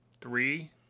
three